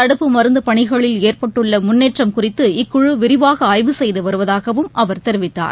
தடுப்பு மருந்துபணிகளில் ஏற்பட்டுள்ளமுன்னேற்றம் குறித்து இக்குழவிரிவாகஆய்வு செய்துவருவதாகவும் அவர் தெரிவித்தார்